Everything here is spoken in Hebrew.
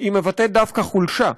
היא מבטאת דווקא חולשה.